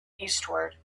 eastward